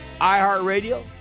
iHeartRadio